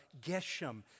Geshem